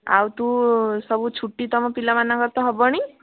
ଆଉ ତୁ ସବୁ ଛୁଟି ତମ ପିଲାମାନଙ୍କର ତ ହେବଣି